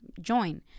join